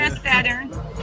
Saturn